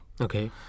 Okay